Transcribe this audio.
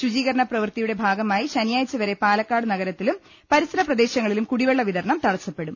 ശുചീകരണ പ്രവർത്തിയുടെ ഭാഗമായി ശനിയാഴ്ച വരെ പാലക്കാട് നഗരത്തിലും പരിസര പ്രദേശങ്ങളിലും കൂടിവെള്ള വിതരണം തടസ്സപ്പെടും